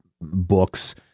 books